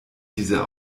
diese